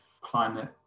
climate